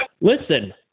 Listen